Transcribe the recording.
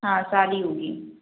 हाँ सारी होगी